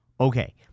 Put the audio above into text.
Okay